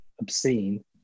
obscene